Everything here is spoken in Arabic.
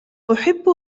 أحب